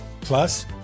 Plus